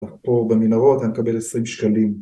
פה במנהרות אתה מקבל 20 שקלים